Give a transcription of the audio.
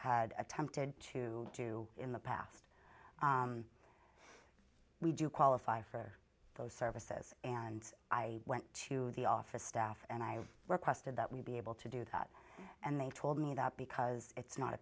had attempted to do in the past we do qualify for those services and i went to the office staff and i requested that we be able to do that and they told me that because it's not a